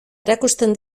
erakusten